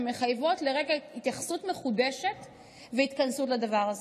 שמחייבות לרגע התייחסות מחודשת והתכנסות לדבר הזה.